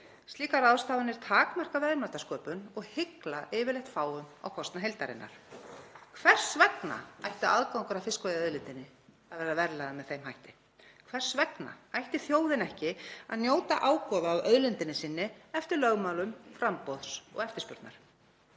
Slíkar ráðstafanir takmarka verðmætasköpun og hygla yfirleitt fáum á kostnað heildarinnar. Hvers vegna ætti aðgangur að fiskveiðiauðlindinni að vera verðlagður með þeim hætti? Hvers vegna ætti þjóðin ekki að njóta ágóða af auðlindinni sinni eftir lögmálum framboðs og eftirspurnar?